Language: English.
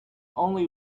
only